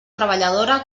treballadora